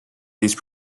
these